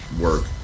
work